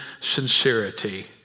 sincerity